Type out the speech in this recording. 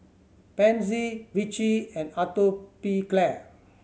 Pansy Vichy and Atopiclair